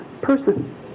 person